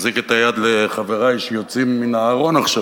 להחזיק את היד לחברי שיוצאים מן הארון עכשיו,